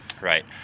right